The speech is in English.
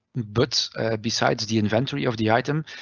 but besides the inventory of the item,